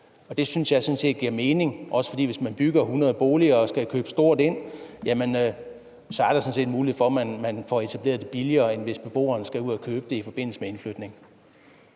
jeg sådan set giver mening, også fordi der, hvis man bygger 100 boliger og skal købe stort ind, sådan set er mulighed for, at man får det etableret billigere, end hvis beboerne skal ud at købe det i forbindelse med indflytning.